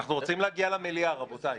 אנחנו רוצים להגיע למליאה, רבותיי.